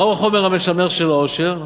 מהו החומר המשמר של העושר?